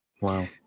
Wow